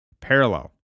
Parallel